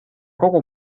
kogu